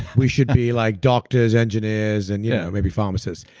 we should be like doctors, engineers, and yeah maybe pharmacists,